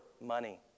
money